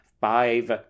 five